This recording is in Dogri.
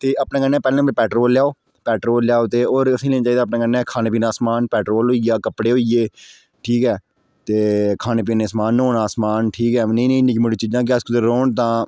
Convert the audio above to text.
ते अपने कन्नै पैह्ले नम्बर पैट्रोल लैओ पैट्रोल लैओ ते और असें गी केह् चाहिदा अपने कन्नै खाने पीने दा समान पैट्रोल होई गेआ कपडे़ होई गे ठीक ऐ ते खाने पीने दा समान न्होने दा समान ठीक ऐ मिकी मोटी चीजां अगर अस कुतै रोह्न्ने तां